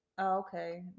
Okay